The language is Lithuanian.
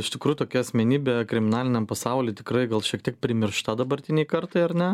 iš tikrų tokia asmenybė kriminaliniam pasauly tikrai gal šiek tiek primiršta dabartinei kartai ar ne